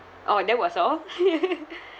orh that was all